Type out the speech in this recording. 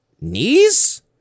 knees